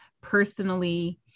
personally